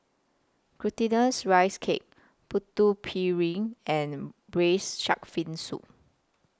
Glutinous Rice Cake Putu Piring and Braised Shark Fin Soup